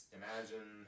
imagine